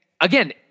again